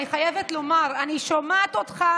אני חייבת לומר: אני שומעת אותך,